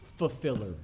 fulfiller